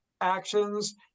actions